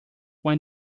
when